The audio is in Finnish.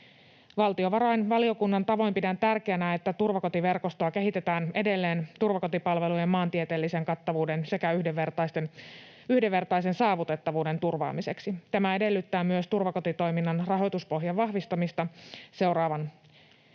Valtiovarainvaliokunnan tavoin pidän tärkeänä, että turvakotiverkostoa kehitetään edelleen turvakotipalvelujen maantieteellisen kattavuuden sekä yhdenvertaisen saavutettavuuden turvaamiseksi. Tämä edellyttää myös turvakotitoiminnan rahoituspohjan vahvistamista seuraavan